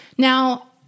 Now